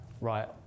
right